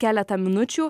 keletą minučių